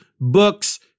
books